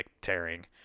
tearing